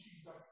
Jesus